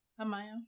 Amaya